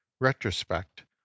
retrospect